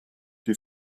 die